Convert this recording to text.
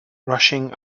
rushing